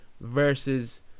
versus